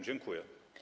Dziękuję.